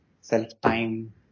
self-time